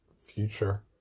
future